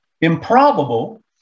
improbable